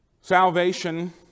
salvation